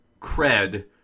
cred